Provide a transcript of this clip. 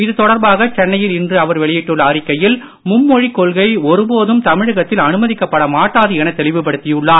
இது தொடர்பாக சென்னையில் இன்று அவர் வெளியிட்டுள்ள அறிக்கையில் மும்மொழிக் கொள்கை ஒருபோதும் தமிழகத்தில் அனுமதிக்கப்பட மாட்டாது என தெளிவுபடுத்தியுள்ளார்